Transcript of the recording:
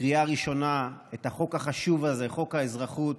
בקריאה ראשונה את החוק החשוב הזה, חוק האזרחות,